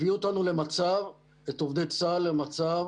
הביאו אותנו, את עובדי צה"ל, למצב